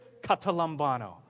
Catalambano